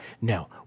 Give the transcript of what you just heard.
Now